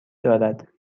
دارد